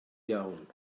iawn